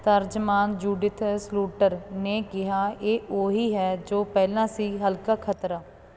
ਤਰਜਮਾਨ Judith Sluiter ਨੇ ਕਿਹਾ ਇਹ ਉਹੀ ਹੈ ਜੋ ਪਹਿਲਾਂ ਸੀ ਹਲਕਾ ਖ਼ਤਰਾ